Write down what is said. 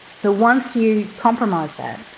so once you compromise that,